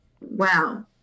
Wow